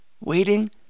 waiting